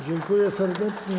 Dziękuję serdecznie.